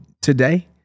today